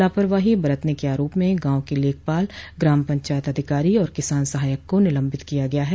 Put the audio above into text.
लापरवाही बरतने के आरोप में गांव के लेखपाल ग्राम पंचायत अधिकारी और किसान सहायक को निलम्बित किया गया है